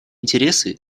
интересы